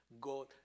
God